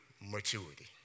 Maturity